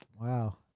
Wow